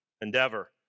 Endeavor